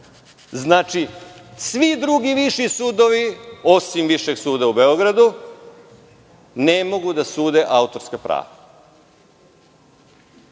Svi drugi viši sudovi, osim Višeg suda u Beogradu, ne mogu da sude autorska prava.